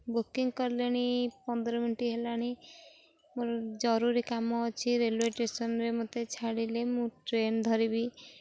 booking କଲେଣି ପନ୍ଦର minute ହେଲାଣି ମୋର ଜରୁରୀ କାମ ଅଛି ରେଲୱେ ଷ୍ଟେସନ୍ରେ ମୋତେ ଛାଡ଼ିଲେ ମୁଁ ଟ୍ରେନ୍ ଧରିବି